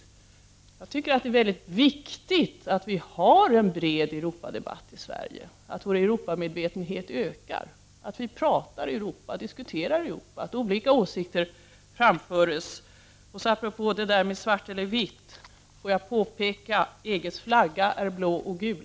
Jag vill då framhålla att jag tycker att det är väldigt viktigt att vi har en bred Europadebatt i Sverige, att vår Europamedvetenhet ökar, att vi diskuterar Europafrågan och att olika åsikter framförs. Men apropå detta med svart eller vitt vill jag påpeka att EG:s flagga är blå och gul.